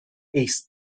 east